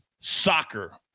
soccer